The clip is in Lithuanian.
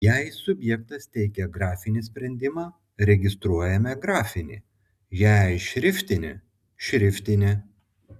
jei subjektas teikia grafinį sprendimą registruojame grafinį jei šriftinį šriftinį